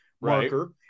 marker